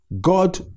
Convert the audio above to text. God